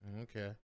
Okay